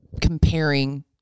comparing